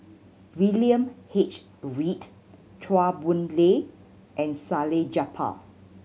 William H Read Chua Boon Lay and Salleh Japar